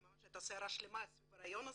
ממש הייתה סערה שלמה סביב הריאיון הזה.